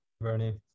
Bernie